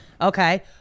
Okay